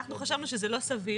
אנחנו חשבנו שזה לא סביר,